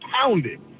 pounded